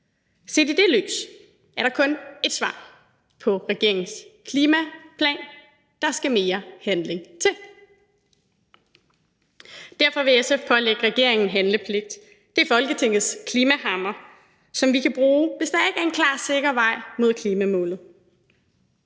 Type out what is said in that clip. Set i det lys er der kun ét svar på regeringens klimaplan: Der skal mere handling til. Derfor vil SF pålægge regeringen handlepligt. Det er Folketingets klimahammer, som vi kan bruge, hvis der ikke er en klar, sikker vej mod klimamålet.